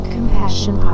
Compassion